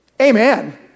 Amen